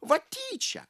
va tyčia